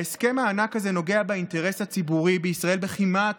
ההסכם הענק הזה נוגע באינטרס הציבורי בישראל כמעט